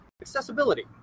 Accessibility